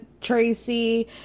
Tracy